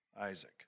Isaac